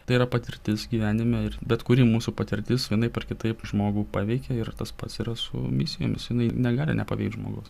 tai yra patirtis gyvenime ir bet kuri mūsų patirtis vienaip ar kitaip žmogų paveikia ir tas pats yra su misijomis jinai negali nepaveikt žmogaus